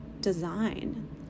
design